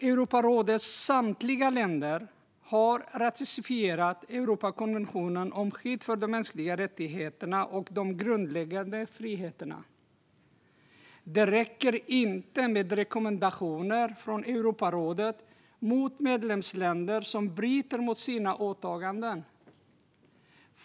Europarådets samtliga länder har ratificerat Europakonventionen om skydd för de mänskliga rättigheterna och de grundläggande friheterna. Det räcker inte med rekommendationer från Europarådet mot medlemsländer som bryter mot sina åtaganden.